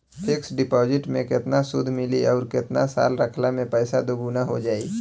Fix deposit मे केतना सूद मिली आउर केतना साल रखला मे पैसा दोगुना हो जायी?